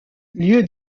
lieu